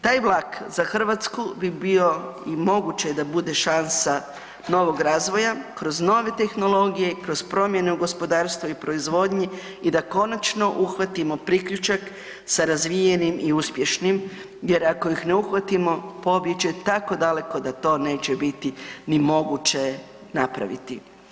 Taj vlak za Hrvatsku bi bio i moguće je da bude šansa novog razvoja, kroz nove tehnologije, kroz promjene u gospodarstvu i proizvodnji i da konačno uhvatimo priključak sa razvijenim i uspješnim jer ako ih ne uhvatimo pobjeći će tako daleko da to neće biti ni moguće napraviti.